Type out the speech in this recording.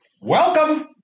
welcome